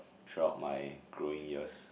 throughout my growing years